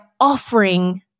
offering